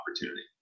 opportunity